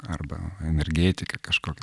arba energetiką kažkokią